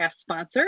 sponsor